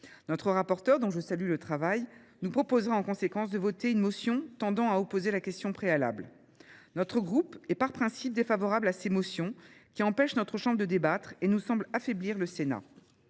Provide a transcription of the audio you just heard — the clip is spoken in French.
Notre rapporteure, dont je salue le travail, nous propose en conséquence de voter une motion tendant à opposer la question préalable sur ce texte. Notre groupe est, par principe, défavorable à de telles motions, qui empêchent notre chambre de débattre et qui affaiblissent,